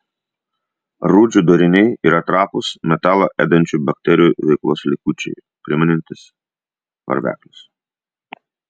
rūdžių dariniai yra trapūs metalą ėdančių bakterijų veiklos likučiai primenantys varveklius